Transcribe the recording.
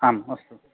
आम् अस्तु